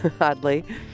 oddly